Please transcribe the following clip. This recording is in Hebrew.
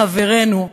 חברנו,